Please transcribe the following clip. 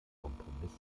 kompromiss